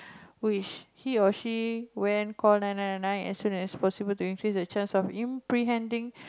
which he or she when call nine nine nine as soon as possible to increase the chance of imprehending